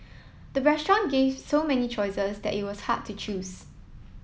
the restaurant gave so many choices that it was hard to choose